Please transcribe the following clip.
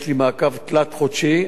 יש לי מעקב תלת-חודשי,